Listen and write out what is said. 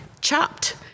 Chopped